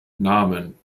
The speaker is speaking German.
nahmen